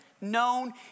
known